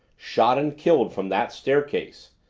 shot and killed from that staircase,